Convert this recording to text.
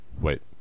Wait